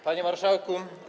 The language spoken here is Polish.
Panie Marszałku!